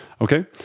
Okay